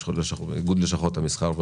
את איגוד לשכות המסחר,